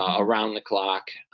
um around the clock,